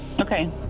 Okay